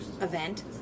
event